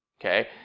okay